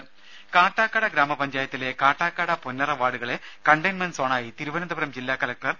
ദരദ കാട്ടാക്കട ഗ്രാമപഞ്ചായത്തിലെ കാട്ടാക്കട പൊന്നറ വാർഡുകളെ കണ്ടെയിൻമെന്റ് സോണായി തിരുവനന്തപുരം ജില്ലാ കലക്ടർ ഡോ